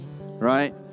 right